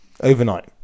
overnight